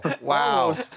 Wow